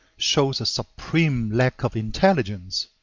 shows a supreme lack of intelligence.